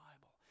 Bible